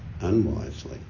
unwisely